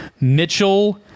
Mitchell